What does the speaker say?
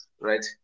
right